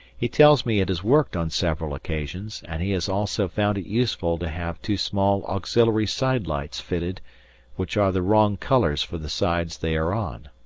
he tells me it has worked on several occasions, and he has also found it useful to have two small auxiliary side lights fitted which are the wrong colours for the sides they are on.